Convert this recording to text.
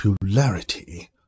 popularity